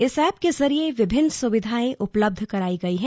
इस एप के जरिए विभिन्न सुविधाएं उपलब्ध कराई गई हैं